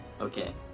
Okay